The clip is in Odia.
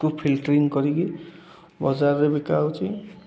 ଫିଲ୍ଟରିଙ୍ଗ କରିକି ବଜାରରେ ବିକା ହେଉଛି